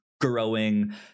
growing